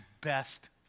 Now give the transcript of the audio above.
best